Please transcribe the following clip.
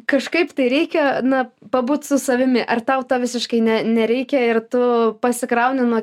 kažkaip tai reikia na pabūt su savimi ar tau visiškai ne nereikia ir tu pasikraunu nuo